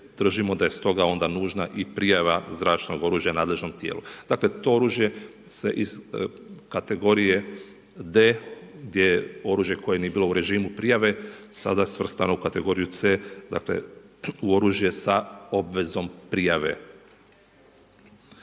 držimo da je stoga onda nužna i prijava zračnog oružja nadležnom tijelu. Dakle, to oružje se iz kategorije D gdje je oružje koje nije bilo u režimu prijave sada je svrstano u kategoriju C dakle, u oružje sa obvezom prijave.